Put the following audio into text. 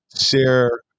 share